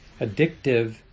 addictive